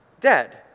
dead